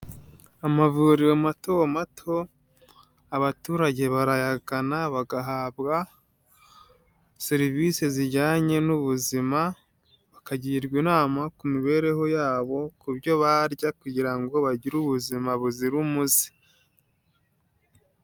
Amavuriro mato mato, abaturage barayagana bagahabwa, serivise zijyanye n'ubuzima, bakagirwa inama ku mibereho yabo ku byo barya kugira ngo bagire ubuzima buzira umuze.